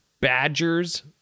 badgers